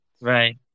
Right